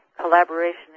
collaboration